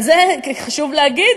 על זה חשוב להגיד,